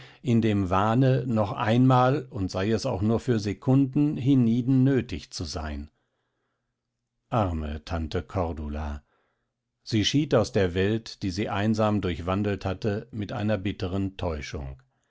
in dem wahne noch einmal und sei es auch nur für sekunden hienieden nötig zu sein arme tante cordula sie schied aus der welt die sie einsam durchwandelt hatte mit einer bitteren täuschung